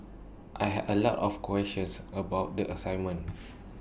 I had A lot of questions about the assignment